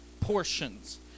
portions